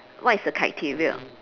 what is the criteria